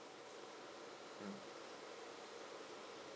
mm